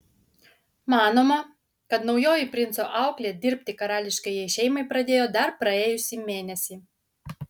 manoma kad naujoji princo auklė dirbti karališkajai šeimai pradėjo dar praėjusį mėnesį